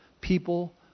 people